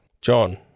John